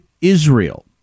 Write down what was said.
Israel